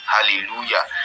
Hallelujah